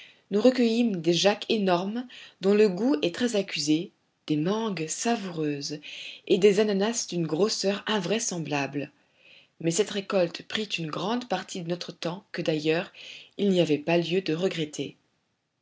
nous recueillîmes des jaks énormes dont le goût est très accusé des mangues savoureuses et des ananas d'un grosseur invraisemblable mais cette récolte prit une grande partie de notre temps que d'ailleurs il n'y avait pas lieu de regretter